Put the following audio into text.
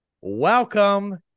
welcome